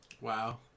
Wow